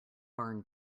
barn